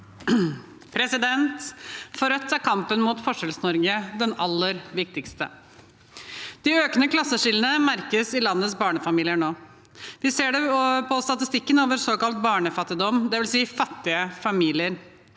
For Rødt er kamp- en mot Forskjells-Norge den aller viktigste. De økende klasseskillene merkes i landets barnefamilier nå. Vi ser det på statistikken over såkalt barnefattigdom, dvs. fattige familier.